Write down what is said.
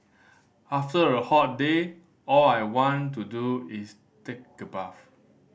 after a hot day all I want to do is take a bath